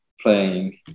playing